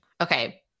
Okay